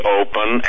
open